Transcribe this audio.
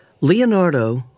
Leonardo